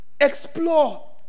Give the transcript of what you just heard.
explore